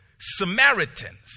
Samaritans